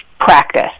practice